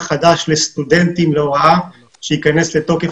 חדש לסטודנטים להוראה שייכנס לתוקף,